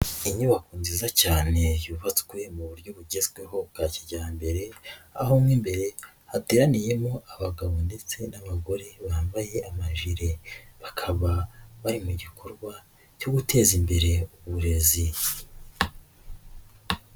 Inyubako nziza cyane yubatswe mu buryo bugezweho bwa kijyambere, aho mo imbere hateraniyemo abagabo ndetse n'abagore bambaye amajire, bakaba bari mu gikorwa cyo guteza imbere uburezi.